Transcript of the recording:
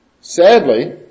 Sadly